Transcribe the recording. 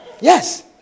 yes